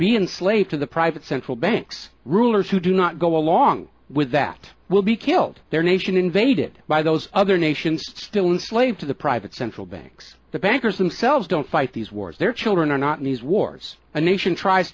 enslaved to the private central banks rulers who do not go along with that will be killed their nation invaded by those other nations still in slave to the private central banks the bankers themselves don't fight these wars their children are not in these wars a nation tries